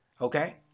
Okay